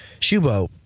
Shubo